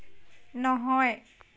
নহয়